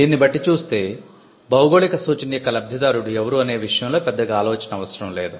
దీన్ని బట్టి చూస్తే భౌగోళిక సూచన యొక్క లబ్ధిదారుడు ఎవరు అనే విషయంలో పెద్దగా ఆలోచన అవసరం లేదు